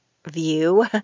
view